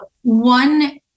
one